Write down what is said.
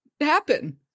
happen